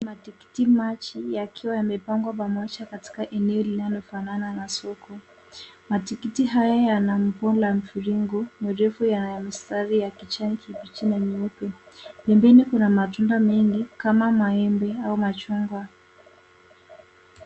Matikiti maji yakiwa yamepangwa pamoja katika eneo linalofanana na soko. Matikiti haya yana umbo la mviringo mirefu ya mistari ya kijani kibichi na nyeupe. Pembeni kuna matunda mengi kama maembe au machungwa.